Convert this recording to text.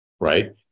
right